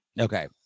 Okay